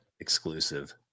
Exclusive